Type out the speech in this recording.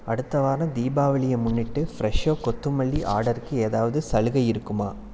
அடுத்த வாரம் தீபாவளியை முன்னிட்டு ஃப்ரெஷ்ஷோ கொத்தமல்லி ஆர்டருக்கு ஏதாவது சலுகை இருக்குமா